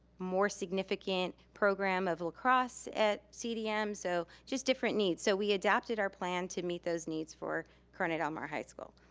more significant program of lacrosse at cdm, so just different needs. so we adapted our plan to meet those needs for corona del mar high school.